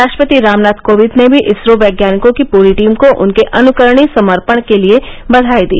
राष्ट्रपति रामनाथ कोविंद ने भी इसरो वैज्ञानिकों की पूरी टीम को उनके अनुकरणीय समर्पण के लिए बधाई दी